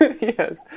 Yes